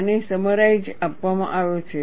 આનો સમરાઇઝ્ડ આપવામાં આવ્યો છે